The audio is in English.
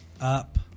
up